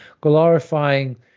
glorifying